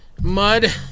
Mud